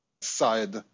side